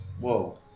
Whoa